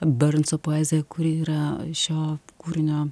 bernso poezija kuri yra šio kūrinio